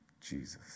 Jesus